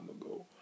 ago